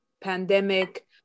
pandemic